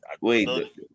wait